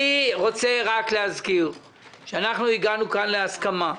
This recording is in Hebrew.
אני רוצה רק להזכיר שאנחנו הגענו כאן להסכמה,